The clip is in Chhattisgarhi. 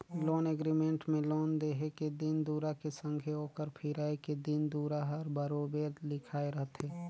लोन एग्रीमेंट में लोन देहे के दिन दुरा के संघे ओकर फिराए के दिन दुरा हर बरोबेर लिखाए रहथे